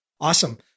awesome